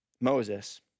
Moses